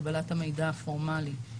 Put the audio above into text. קבלת המידע הפורמלי,